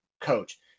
coach